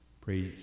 Praise